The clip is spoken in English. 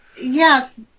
Yes